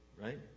Right